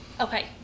Okay